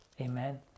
Amen